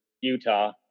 Utah